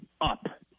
up